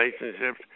relationships